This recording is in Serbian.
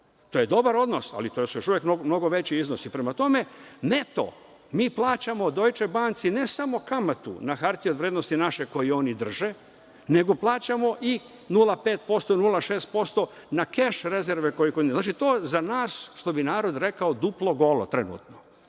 To je dobar odnos, ali to su još uvek mnogo veći iznosi. Prema tome, mi plaćamo „Dojče banci“ ne samo kamatu na hartije od vrednosti naše koje oni drže, nego plaćamo i 0,5%-0,6% na keš rezerve. To za nas, što bi narod rekao, duplo golo trenutno. Mi